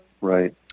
Right